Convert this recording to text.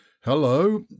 Hello